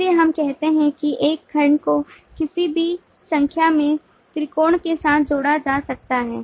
इसलिए हम कहते हैं कि एक खंड को किसी भी संख्या में त्रिकोण के साथ जोड़ा जा सकता है